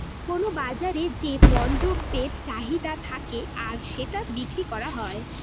কোনো বাজারে যে পণ্য দ্রব্যের চাহিদা থাকে আর সেটা বিক্রি করা হয়